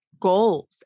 goals